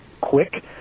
quick